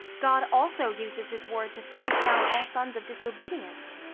god also uses his word to strike down all sons of disobedience.